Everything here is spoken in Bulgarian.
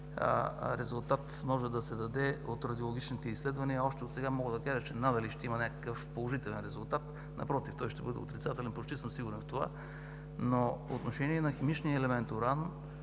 за това може да се даде от радиологичните изследвания, още отсега мога да кажа, че надали ще има някакъв положителен резултат, напротив – той ще бъде отрицателен, почти съм сигурен в това, но по отношение на химичния елемент уран,